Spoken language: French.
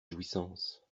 jouissances